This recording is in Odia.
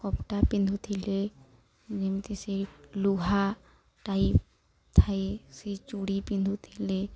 କପଡ଼ା ପିନ୍ଧୁଥିଲେ ଯେମିତି ସେଇ ଲୁହା ଟାଇପ୍ ଥାଏ ସେଇ ଚୁଡ଼ି ପିନ୍ଧୁଥିଲେ